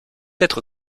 être